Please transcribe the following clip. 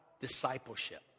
discipleship